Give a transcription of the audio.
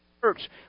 church